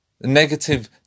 negative